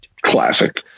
Classic